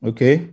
Okay